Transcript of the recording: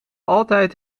altijd